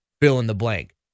fill-in-the-blank